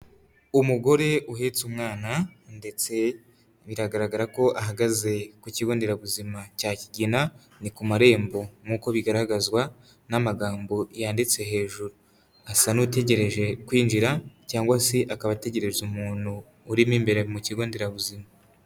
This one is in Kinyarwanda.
Umugore uhetse umwana ndetse biragaragara ko ahagaze ku kigo nderabuzima cya Kigina, ni ku marembo nkuko bigaragazwa n'amagambo yanditse hejuru. Asa n'utegereje kwinjira cyangwa se akaba ategeje umuntu urimo imbere mu kigo nderabuzima.